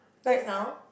just now